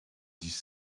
dix